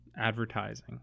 advertising